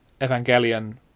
Evangelion